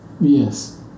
yes